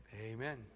Amen